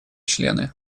члены